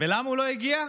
ולמה הוא לא הגיע?